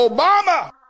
Obama